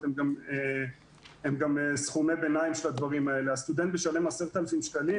הן גם סכומי ביניים של הדברים האלה הסטודנט משלם 10,000 שקלים,